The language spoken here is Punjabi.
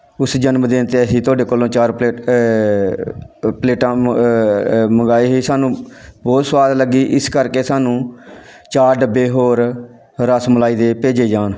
ਉਸ ਜਨਮਦਿਨ 'ਤੇ ਅਸੀਂ ਤੁਹਾਡੇ ਕੋਲੋਂ ਚਾਰ ਪਲੇਟ ਪਲੇਟਾਂ ਮ ਮੰਗਵਾਈ ਸੀ ਸਾਨੂੰ ਬਹੁਤ ਸਵਾਦ ਲੱਗੀ ਇਸ ਕਰਕੇ ਸਾਨੂੰ ਚਾਰ ਡੱਬੇ ਹੋਰ ਰਸ ਮਲਾਈ ਦੇ ਭੇਜੇ ਜਾਣ